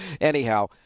Anyhow